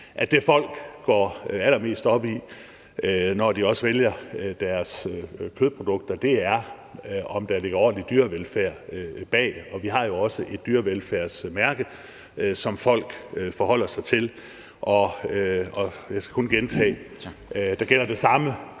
det, folk går allermest op i, når de vælger deres kødprodukter, er, om der ligger en ordentlig dyrevelfærd bag det, og vi har jo også et dyrevelfærdsmærke, som folk forholder sig til. Og jeg skal kun gentage, at der gælder det samme